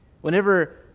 whenever